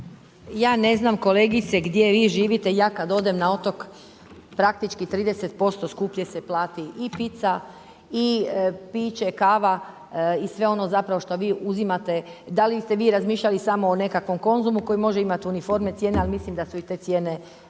Ja ne znam kolegice gdje vi živite, ja kad odem na otok praktički 30% skuplje se plati i pizza i piće, kava i sve ono zapravo što vi uzimate. Da li ste vi razmišljali samo o nekakvom Konzumu koji može imat uniforme cijena, ali mislim da su i te cijene jasno je